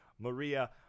Maria